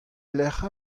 lecʼh